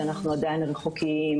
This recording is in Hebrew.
שאנחנו עדיין רחוקים.